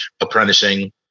apprenticing